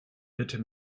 bitte